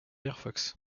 firefox